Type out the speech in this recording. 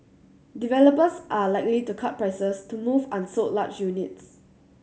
developers are likely to cut prices to move unsold large units